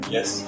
Yes